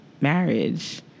Marriage